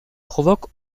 provoque